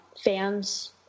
fans